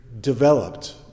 developed